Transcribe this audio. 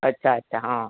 અચ્છા અચ્છા હા